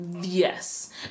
Yes